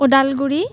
Udalguri